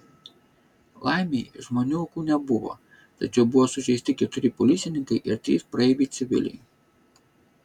laimei žmonių aukų nebuvo tačiau buvo sužeisti keturi policininkai ir trys praeiviai civiliai